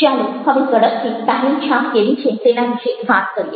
ચાલો હવે ઝડપથી પહેલી છાપ કેવી છે તેના વિશે વાત કરીએ